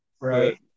right